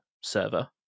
server